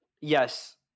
Yes